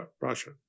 Russia